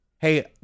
Hey